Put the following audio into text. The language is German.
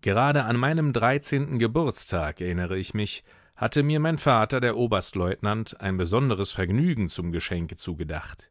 gerade an meinem dreizehnten geburtstag erinnere ich mich hatte mir mein vater der oberstleutnant ein besonderes vergnügen zum geschenke zugedacht